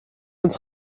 ins